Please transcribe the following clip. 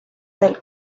del